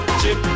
chip